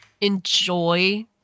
enjoy